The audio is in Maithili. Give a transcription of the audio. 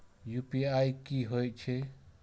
यू.पी.आई की होई छै?